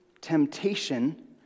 temptation